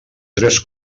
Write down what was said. tres